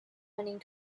running